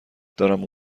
دارم